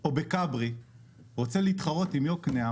או כברי רוצה להתחרות עם יוקנעם